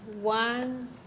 one